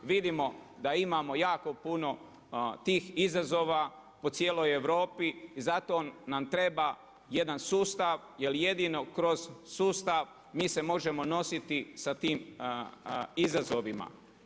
Vidimo da imamo jako puno tih izazova, po cijelo Europi i zato nam treba jedan sustav, jer jedino kroz sustav mi se možemo nositi sa tim izazovima.